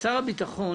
"שר הביטחון"